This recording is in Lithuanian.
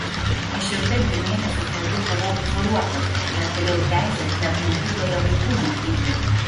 aš ir taip du mėnesius nuo jų buvau izoliuotas neturėjau teisės net mokykloje vaikų lankyti